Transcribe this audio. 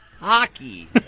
Hockey